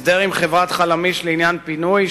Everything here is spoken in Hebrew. הסדר עם חברת "חלמיש" לעניין פינוי,